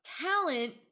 talent